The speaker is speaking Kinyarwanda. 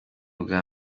ubwa